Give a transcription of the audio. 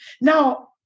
Now